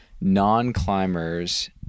non-climbers